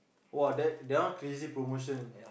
!wah! that that one crazy promotion